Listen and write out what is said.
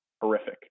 horrific